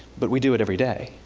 but we do it every day.